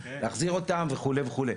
להחזיר אותם וכו' וכו',